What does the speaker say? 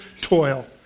toil